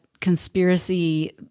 conspiracy